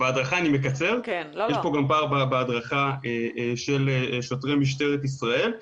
יש פה גם פער בהדרכה של שוטרי משטרת ישראל.